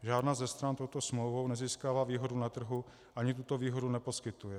Žádná ze stran touto smlouvou nezískává výhodu na trhu ani tuto výhodu neposkytuje.